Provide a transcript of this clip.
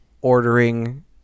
ordering